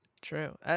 True